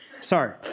Sorry